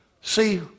See